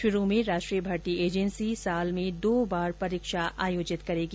शुरू में राष्ट्रीय भर्ती एजेंसी साल में दो बार परीक्षा आयोजित करेगी